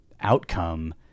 outcome